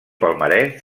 palmarès